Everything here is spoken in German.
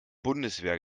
bundeswehr